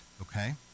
okay